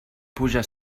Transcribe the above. puja